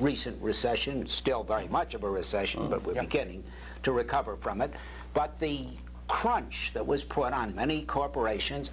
recent recession still very much of a recession but we don't getting to recover from it but the crunch that was put on many corporations